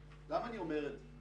למה אני אומר את זה?